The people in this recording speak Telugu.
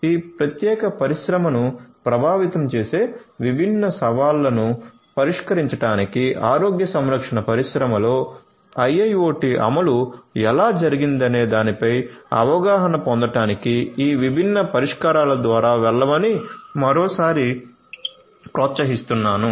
ఈ ప్రత్యేక పరిశ్రమను ప్రభావితం చేసే విభిన్న సవాళ్లను పరిష్కరించడానికి ఆరోగ్య సంరక్షణ పరిశ్రమలో IIoT అమలు ఎలా జరిగిందనే దానిపై అవగాహన పొందడానికి ఈ విభిన్న పరిష్కారాల ద్వారా వెళ్ళమని మరోసారి ప్రోత్సహిస్తున్నాను